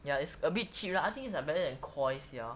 ya it's a bit cheap lah I think it's a bit better than koi sia